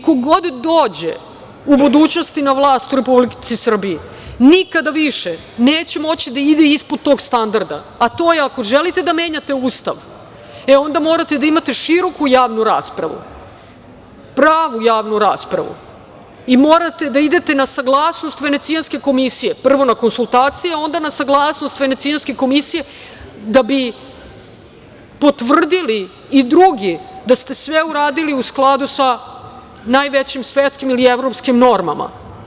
Ko god dođe u budućnosti na vlast u Republici Srbiji, nikada više neće moći ispod tog standarda, a to je ako želite da menjate Ustav, e onda morate da imate široku javnu raspravu, pravu javnu raspravu, i morate da idete na saglasnost Venecijanske komisije, prvo na konsultacije, onda na saglasnost Venecijanske komisije, da bi potvrdili i drugi da ste sve uradili u skladu sa najvećim svetskim, ili evropskim normama.